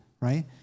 right